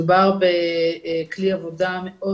מדובר בכלי עבודה מאוד